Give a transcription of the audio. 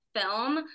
film